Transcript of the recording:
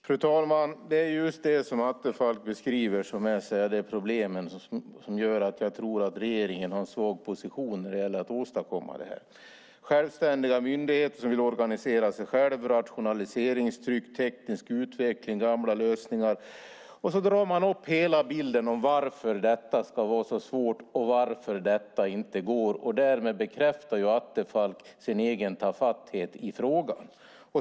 Fru talman! Det är just det som Attefall beskriver som är problemet. Jag tror att regeringen har en svag position när det gäller att åstadkomma detta. Det pratas om självständiga myndigheter som vill organisera sig själva, rationaliseringstryck, teknisk utveckling och gamla lösningar. Sedan drar man fram hela bilden av varför detta ska vara så svårt och varför det inte går. Därmed bekräftar Attefall sin egen tafatthet i frågan.